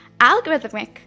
algorithmic